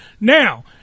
Now